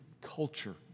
culture